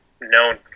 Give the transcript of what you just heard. known